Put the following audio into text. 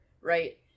right